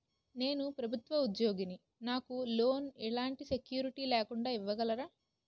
నేను ప్రభుత్వ ఉద్యోగిని, నాకు లోన్ ఎలాంటి సెక్యూరిటీ లేకుండా ఇవ్వగలరా?